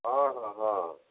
ହଁ ହଁ ହଁ